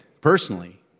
personally